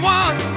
one